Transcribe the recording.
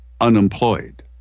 unemployed